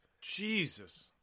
Jesus